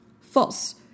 False